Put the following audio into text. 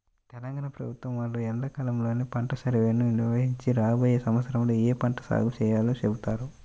తెలంగాణ ప్రభుత్వం వాళ్ళు ఎండాకాలంలోనే పంట సర్వేని నిర్వహించి రాబోయే సంవత్సరంలో ఏ పంట సాగు చేయాలో చెబుతారు